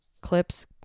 clips